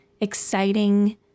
exciting